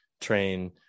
train